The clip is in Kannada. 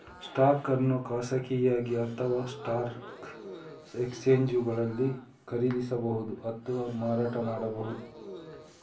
ಸ್ಟಾಕ್ ಅನ್ನು ಖಾಸಗಿಯಾಗಿ ಅಥವಾಸ್ಟಾಕ್ ಎಕ್ಸ್ಚೇಂಜುಗಳಲ್ಲಿ ಖರೀದಿಸಬಹುದು ಮತ್ತು ಮಾರಾಟ ಮಾಡಬಹುದು